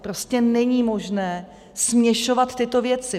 Prostě není možné směšovat tyto věci.